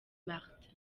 martin